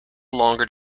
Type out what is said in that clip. longer